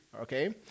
Okay